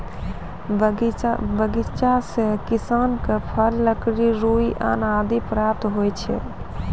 बगीचा सें किसान क फल, लकड़ी, रुई, सन आदि प्राप्त होय छै